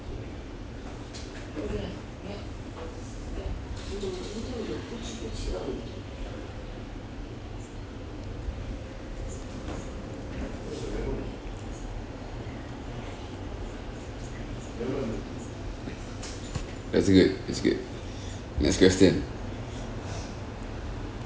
that's good that's good next question